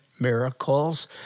miracles